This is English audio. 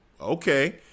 okay